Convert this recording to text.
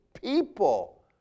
people